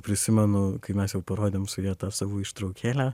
prisimenu kai mes jau parodėm su ja tą savo ištraukėlę